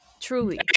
truly